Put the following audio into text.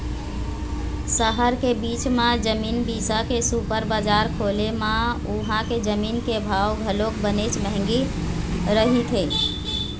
सहर के बीच म जमीन बिसा के सुपर बजार खोले म उहां के जमीन के भाव घलोक बनेच महंगी रहिथे